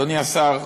אדוני השר,